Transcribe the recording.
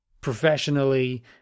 professionally